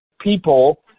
people